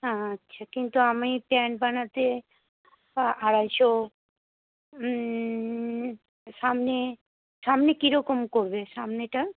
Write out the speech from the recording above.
আচ্ছা কিন্তু আমি প্যান্ট বানাতে আড়াইশো সামনে সামনে কীরকম করবে সামনেটা